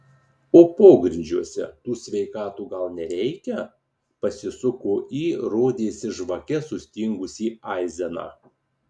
o pogrindžiuose tų sveikatų gal nereikia pasisuko į rodėsi žvake sustingusį aizeną